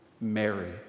Mary